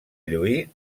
lluir